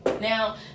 now